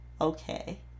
Okay